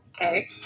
Okay